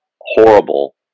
horrible